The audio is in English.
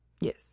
yes